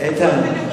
להם.